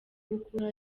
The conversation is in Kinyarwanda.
gukura